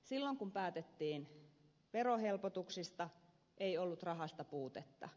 silloin kun päätettiin verohelpotuksista ei ollut rahasta puutetta